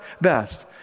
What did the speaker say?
best